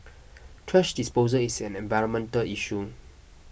thrash disposal is an environmental issue